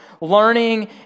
learning